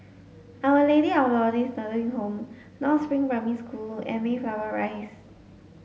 our Lady of Lourdes Nursing Home North Spring Primary School and Mayflower Rise